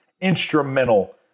instrumental